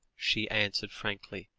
she answered frankly,